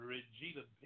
Regina